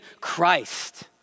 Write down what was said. Christ